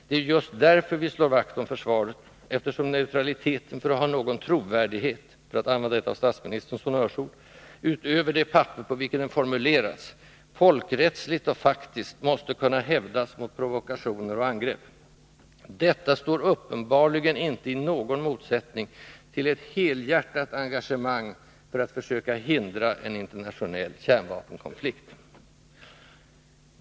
Det är just därför vi slår vakt om försvaret, eftersom neutraliteten, för att ha någon trovärdighet — för att använda ett av statsministerns honnörsord — utöver det papper på vilket den formulerats, folkrättsligt och faktiskt måste kunna hävdas mot provokationer och angrepp. Detta står uppenbarligen inte i någon motsättning till ett helhjärtat engagemang för att försöka hindra en internationell kärnvapenkonflikt.